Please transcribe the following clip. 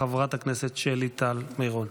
חברת הכנסת שלי טל מירון,